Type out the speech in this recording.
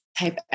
Type